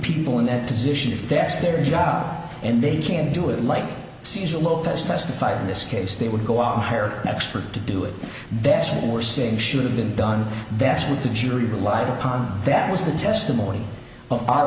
people in that position if that's their job and they can do it like cesar locust testified in this case they would go on hire an expert to do it that's what we're saying should have been done that's what the jury relied upon that was the testimony of our